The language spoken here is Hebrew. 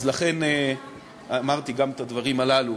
אז לכן אמרתי גם את הדברים הללו.